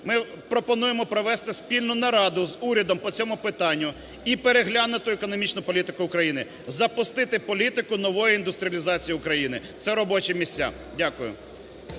Ми пропонуємо провести спільну нараду з урядом по цьому питанню і переглянути економічну політику України, запустити політику нової індустріалізації України, це робочі місця. Дякую.